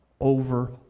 over